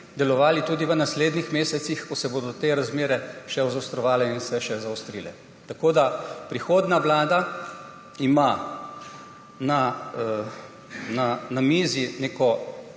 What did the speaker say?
delovali tudi v naslednjih mesecih, ko se bodo te razmere še zaostrovale in se še zaostrile. Prihodnja vlada ima na mizi neko